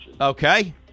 Okay